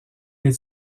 est